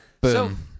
Boom